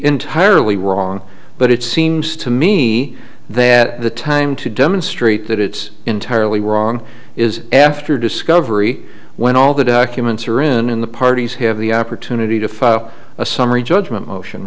entirely wrong but it seems to me that the time to demonstrate that it's entirely wrong is after discovery when all the documents are in the parties have the opportunity to file a summary judgment